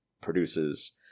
produces